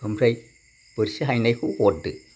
ओमफ्राय बोरसि हायनायखौ हरदो